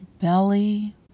belly